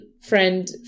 friend